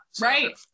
right